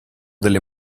delle